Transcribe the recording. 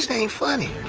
so ain't funny.